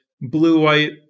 blue-white